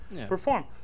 perform